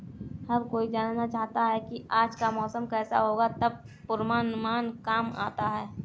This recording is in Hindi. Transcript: हर कोई जानना चाहता है की आज का मौसम केसा होगा तब पूर्वानुमान काम आता है